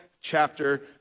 chapter